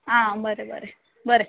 आं बरें बरें बरें